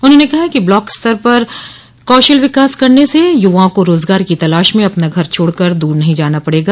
उन्होंने कहा कि ब्लाक स्तर पर कौशल विकास करने से युवाओं को रोजगार की तलाश में अपना घर छोड़ कर दूर नहीं जाना पड़ेगा